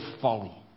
folly